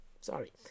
sorry